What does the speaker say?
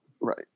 Right